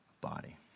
body